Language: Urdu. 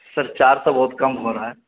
سر چار سو بہت کم ہو رہا ہے